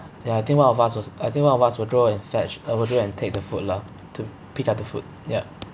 ya I think one of us was I think one of us will go and fetch uh will go and take the food lah to pick up the food ya